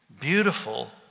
beautiful